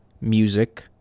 Music